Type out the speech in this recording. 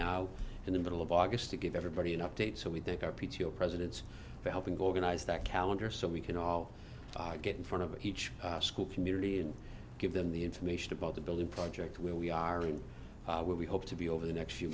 now and the middle of august to give everybody an update so we think our p t o presidents for helping organize that calendar so we can all get in front of each school community and give them the information about the building project where we are and where we hope to be over the next few